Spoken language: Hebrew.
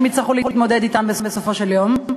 יצטרכו להתמודד אתן בסופו של יום.